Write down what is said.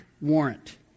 warrant